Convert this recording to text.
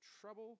trouble